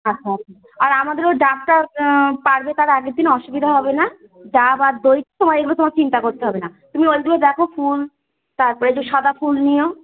আচ্ছা আচ্ছা আর আমাদেরও ও ডাবটা পাড়বে তার আগের দিন অসুবিধা হবে না ডাব আর দই তোমার এগুলো তোমার চিন্তা করতে হবে না তুমি ওইগুলো দেখো ফুল তারপরে একটু সাদা ফুল নিও